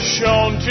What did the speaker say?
shown